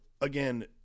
again